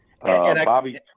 Bobby